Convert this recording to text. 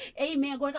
amen